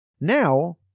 Now